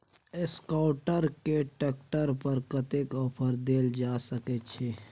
Escort के tractor पर कतेक ऑफर दैल जा सकेत छै?